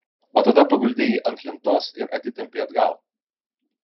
o tada paguldei jį ant lentos ir atitempei atgal